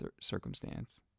circumstance